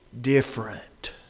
different